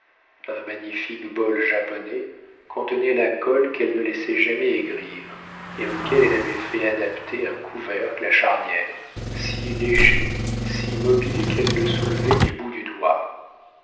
un magnifique bol japonais contenait la colle qu'elle ne laissait jamais aigrir et auquel elle avait fait adapter un couvercle à charnière si léger si mobile qu'elle le soulevait du bout du doigt